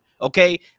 okay